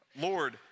Lord